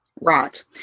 Right